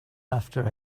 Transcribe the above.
after